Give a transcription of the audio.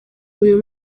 uyu